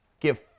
give